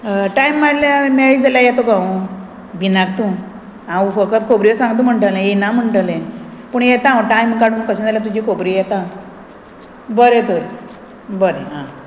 time मेळल्यार मेळ्ळो जाल्यार येत गो हांव भिनाक तूं हांव फकत खोबऱ्यो सांगता म्हणटलें येना म्हणटलें पूण येता हांव टायम काडून कशें जाल्यार तुजे खोबरे येता बरें तर बरें आं